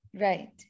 Right